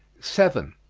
seven.